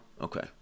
Okay